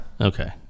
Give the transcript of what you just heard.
Okay